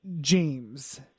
James